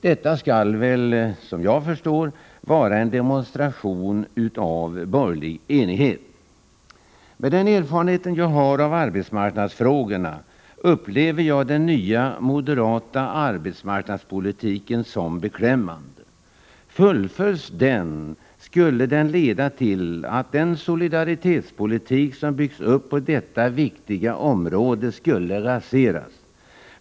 Detta skall väl, som jag förstår, vara en demonstration av borgerlig enighet. Med den erfarenhet jag som gammal arbetsförmedlare har av arbetsmarknadsfrågorna upplever jag den nya moderata arbetsmarknadspolitiken som beklämmande. Fullföljs den skulle den leda till att den solidaritetspolitik som byggs upp på detta viktiga område skulle raseras.